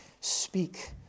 Speak